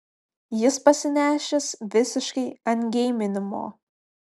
jis pasinešęs visiškai ant geiminimo